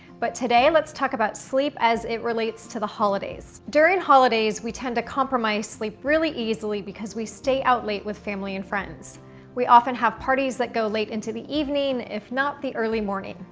but today let's talk about sleep as it relates to the holidays. during holidays we tend to compromise sleep really easily because we stay out late with family and friends we often have parties that go late into the evening if not the early morning.